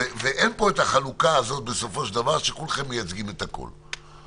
ואין פה את החלוקה הזאת כולכם מייצגים את הכול.